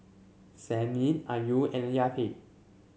Senin Ayu and Yati